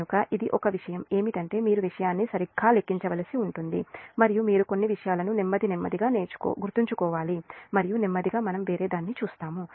కాబట్టి ఇది ఒక్క విషయం ఏమిటంటే మీరు విషయాన్ని సరిగ్గా లెక్కించాల్సి ఉంటుంది మరియు మీరు కొన్ని విషయాలను నెమ్మదిగా నెమ్మదిగా గుర్తుంచుకోవాలి మరియు నెమ్మదిగా మనం వేరేదాన్ని చూస్తాము